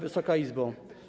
Wysoka Izbo!